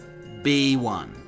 b1